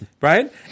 right